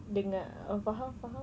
dengar oh faham faham